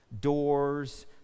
doors